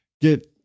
get